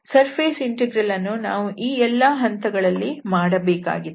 surface integral ಅನ್ನು ನಾವು ಈ ಎಲ್ಲಾ ಹಂತಗಳಲ್ಲಿ ಮಾಡಬೇಕಾಗಿತ್ತು